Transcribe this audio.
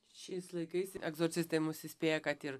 šiais laikais egzorcistai mus įspėja kad ir